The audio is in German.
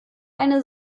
eine